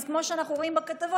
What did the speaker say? אז כמו שאנחנו רואים בכתבות,